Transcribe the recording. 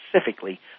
specifically